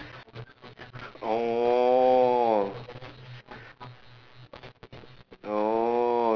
orh orh